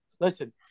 Listen